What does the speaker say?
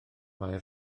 mae